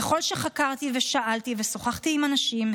ככל שחקרתי ושאלתי ושוחחתי עם אנשים,